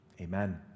Amen